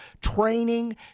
training